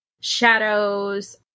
shadows